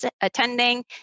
attending